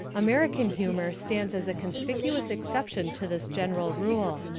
american humour stands as a conspicuous exception to this general rule.